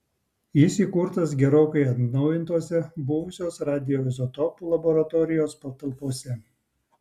jis įkurtas gerokai atnaujintose buvusios radioizotopų laboratorijos patalpose